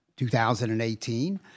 2018